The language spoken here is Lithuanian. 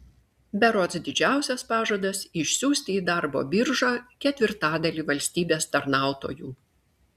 berods didžiausias pažadas išsiųsti į darbo biržą ketvirtadalį valstybės tarnautojų